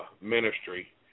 ministry